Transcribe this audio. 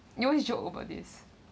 you always joke over this